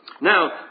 Now